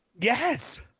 Yes